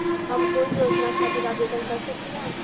हम कोई योजना खातिर आवेदन कर सकीला?